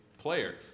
player